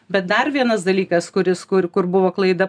bet dar vienas dalykas kuris kur kur buvo klaida